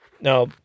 Now